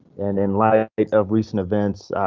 and in light of recent events,